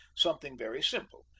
something very simple,